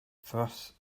thus